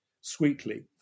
sweetly